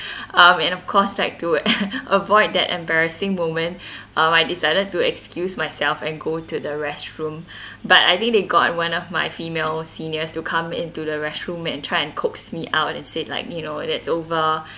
um and of course like to avoid that embarrassing moment um I decided to excuse myself and go to the restroom but I think they got one of my female seniors to come into the restroom and try and coaxed me out and said like you know that's over